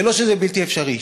זה לא שזה בלתי אפשרי.